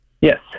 yes